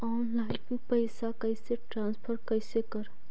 Online पैसा कैसे transfer कैसे कर?